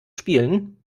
spielen